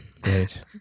Great